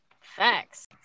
Facts